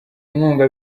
inkunga